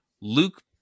Luke